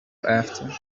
after